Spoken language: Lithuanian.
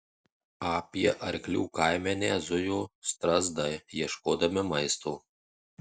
apie arklių kaimenę zujo strazdai ieškodami maisto